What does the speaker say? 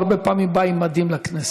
והרבה פעמים הוא גם בא במדים לכנסת.